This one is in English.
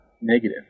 negative